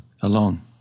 Alone